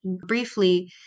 briefly